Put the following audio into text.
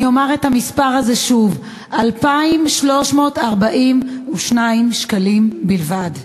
אני אומר את המספר הזה שוב: 2,342 שקלים בלבד.